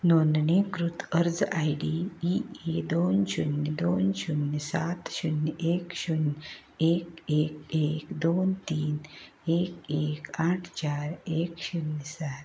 नोंदणीकृत अर्ज I D E A दोन शुन्य दोन शुन्य सात शुन्य एक शुन्य एक एक एक दोन तीन एक एक आठ चार एक शुन्य सात